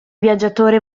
viaggiatore